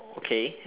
okay